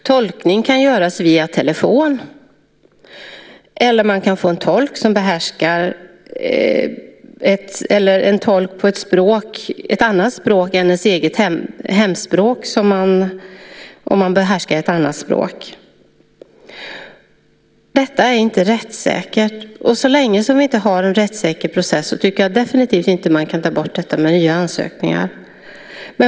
Tolkning kan göras via telefon, eller så kan man få tolkning till ett annat språk än det egna hemspråket, om man behärskar ett annat språk. Detta är inte rättssäkert. Och så länge som vi inte har en rättssäker process tycker jag definitivt inte att man kan ta bort detta med nya ansökningar.